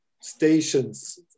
stations